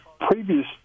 previous